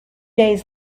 days